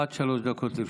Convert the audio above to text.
עד שלוש דקות לרשותך.